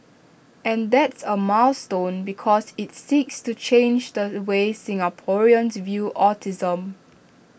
and that's A milestone because IT seeks to change the way Singaporeans view autism